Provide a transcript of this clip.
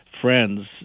friends